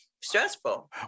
stressful